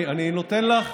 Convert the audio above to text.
אני נותן לך,